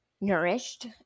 nourished